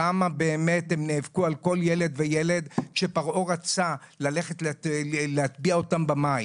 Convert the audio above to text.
כמה באמת הן נאבקו על כל ילד וילד שפרעה רצה ללכת ולהטביע אותם במים.